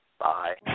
bye